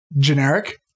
generic